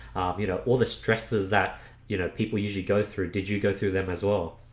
you know all the stresses that you know people usually go through did you go through them as well?